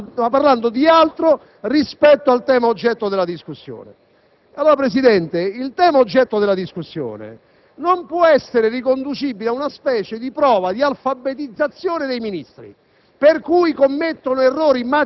perché si sarebbe detto che si parlava di altro rispetto al tema oggetto della discussione. Allora, Presidente, il tema oggetto della discussione non può essere riconducibile ad una specie di prova di alfabetizzazione dei Ministri,